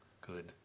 good